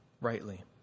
rightly